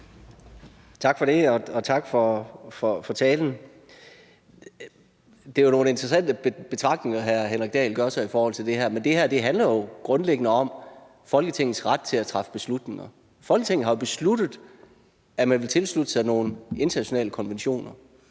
Tak for det. Og tak for talen. Det er nogle interessante betragtninger, hr. Henrik Dahl gør sig i forhold til det her, men det her handler jo grundlæggende om Folketingets ret til at træffe beslutninger. Folketinget har jo besluttet, at man vil tilslutte sig nogle internationale konventioner.